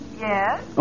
Yes